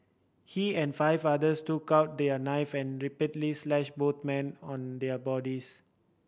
he and five others took out their knife and repeatedly slashed both men on their bodies